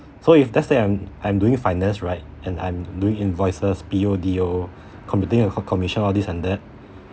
so if let's say I'm I'm doing finance right and I'm doing invoices P_O D_O computing a com~ commission all this and that